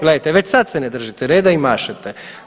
Gledajte već sad se ne držite reda i mašete.